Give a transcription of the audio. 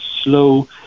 slow